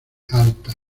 alta